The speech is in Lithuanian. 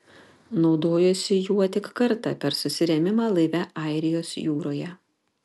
naudojosi juo tik kartą per susirėmimą laive airijos jūroje